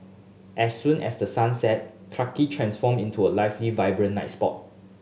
as soon as the sun set Clarke Quay transform into a lively vibrant night spot